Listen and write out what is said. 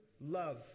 love